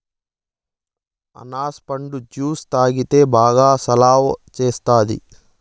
అనాస పండు జ్యుసు తాగితే బాగా సలవ సేస్తాది